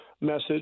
message